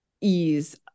ease